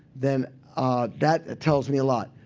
then that tells me a lot.